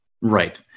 Right